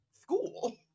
school